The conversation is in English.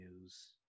news